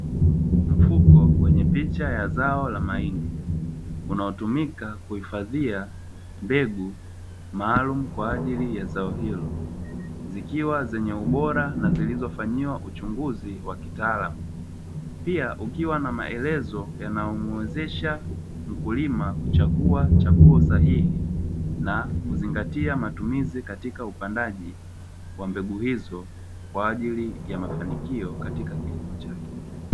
Mfuko wenye picha ya zao la mahindi, unaotumika kuhifadhia mbegu maalumu kwa ajili ya zao hilo; zikiwa zenye ubora na zilizofanyiwa uchunguzi wa kitaalamu, pia ukiwa na maelezo yanayomuwezesha mkulima kuchagua chaguo sahihi na kuzingatia matumizi katika upandaji wa mbegu hizo, kwa ajili ya mafanikio katika kilimo chake.